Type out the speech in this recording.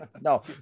no